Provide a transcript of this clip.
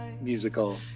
musical